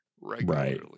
regularly